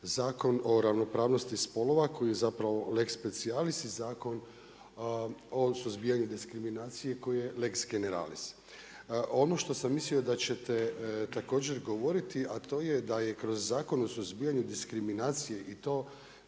Zakon o ravnopravnosti spolova koji je zapravo lex specialis i Zakon o suzbijanju diskriminacije koji je lex generalis. Ono što sam mislio da ćete također govoriti, a to je da je kroz Zakon o suzbijanju diskriminacije i to